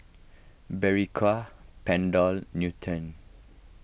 Berocca Panadol Nutren